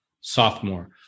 sophomore